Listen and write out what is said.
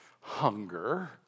hunger